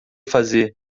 fazer